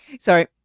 Sorry